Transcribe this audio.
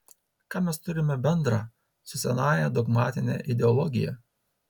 ką mes turime bendra su senąja dogmatine ideologija